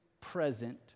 present